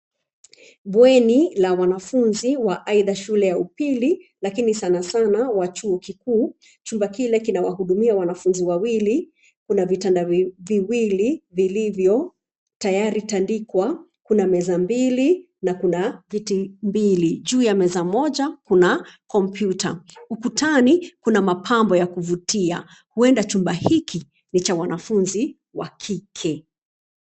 Mbweni la wanafunzi wa aidha shule ya upili lakini sanasana wa chuo kikuu. Chumba kile kinawahudumia wanafunzi wawili, kuna vitanda viwili vilivyo tayari tandikwa. Kuna meza mbili na kuna viti mbili. Juu ya meza moja kuna kompyuta. Ukutani kuna mapambo ya kuvutia. Huenda chumba hiki ni cha wanafunzi wa kike.